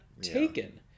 taken